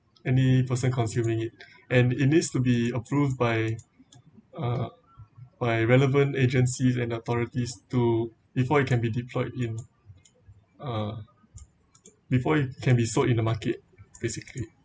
any person consuming it and it needs to be approved by uh by relevant agencies and authorities to before it can be deployed in uh before it can be sold in the market basically